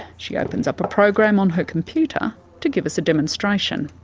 she opens up a program on her computer to give us a demonstration.